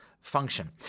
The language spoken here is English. function